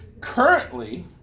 Currently